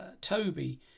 Toby